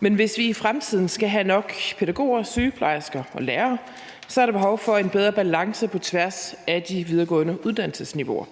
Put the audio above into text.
men hvis vi i fremtiden skal have nok pædagoger, sygeplejersker og lærere, er der behov for en bedre balance på tværs af de videregående uddannelsesniveauer.